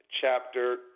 chapter